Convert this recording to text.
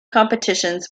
competitions